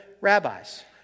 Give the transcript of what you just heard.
rabbis